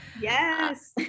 Yes